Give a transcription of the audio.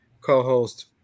Co-host